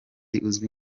uzwi